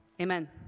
Amen